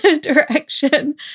direction